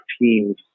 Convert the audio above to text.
teams